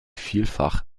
vielfach